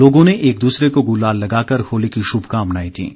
लोगों ने एक दूसरे को गुलाल लगाकर होली की शुभकामनाएं दीं